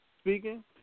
speaking